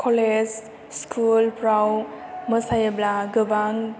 college स्कुलफ्राव मोसायोब्ला गोबां